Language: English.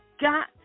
got